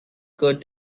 could